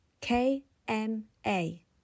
K-M-A